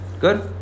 Good